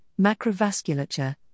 macrovasculature